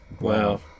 Wow